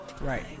right